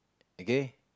okay